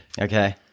okay